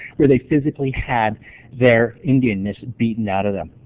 where they physically had their indianness beaten out of them.